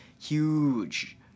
huge